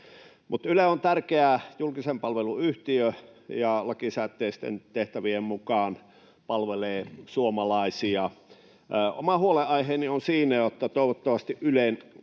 Yle on tärkeä julkisen palvelun yhtiö ja lakisääteisten tehtävien mukaan palvelee suomalaisia. Oma huolenaiheeni on siinä, että toivottavasti Ylen